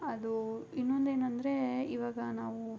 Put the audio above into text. ಅದು ಇನ್ನೊಂದೇನಂದರೆ ಇವಾಗ ನಾವು